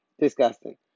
disgusting